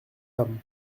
femmes